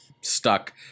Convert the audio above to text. stuck